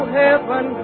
heaven